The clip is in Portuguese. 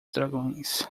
dragões